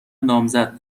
نامزد